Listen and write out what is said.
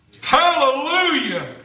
Hallelujah